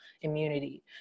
immunity